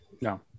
No